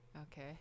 Okay